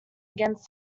against